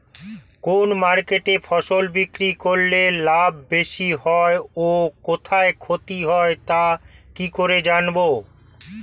কোন মার্কেটে ফসল বিক্রি করলে লাভ বেশি হয় ও কোথায় ক্ষতি হয় তা কি করে জানবো?